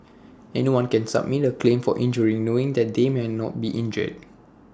anyone can submit A claim for injury knowing that they may not be injured